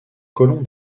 colon